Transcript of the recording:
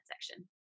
section